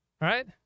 Right